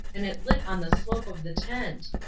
and it lit on the slope of the tent.